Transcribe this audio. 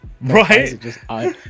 Right